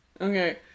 Okay